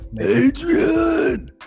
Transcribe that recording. Adrian